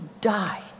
die